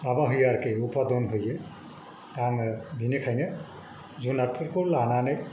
माबा होयो आरोकि उपादान होयो आङो बेनिखायनो जुनारफोरखौ लानानै